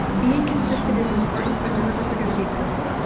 being consistent is important, but none of us are going to be perfect.